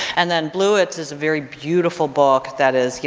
and then bluets is a very beautiful book that is, you